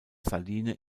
saline